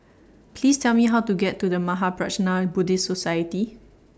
Please Tell Me How to get to The Mahaprajna Buddhist Society